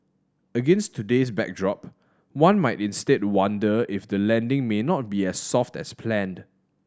against today's backdrop one might instead wonder if the landing may not be as soft as planned